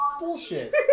Bullshit